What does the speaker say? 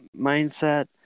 mindset